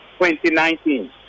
2019